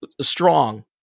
strong